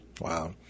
Wow